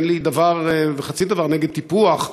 אין לי דבר וחצי דבר נגד טיפוח,